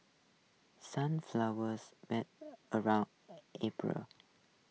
sunflowers bloom around April